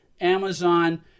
Amazon